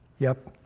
yep.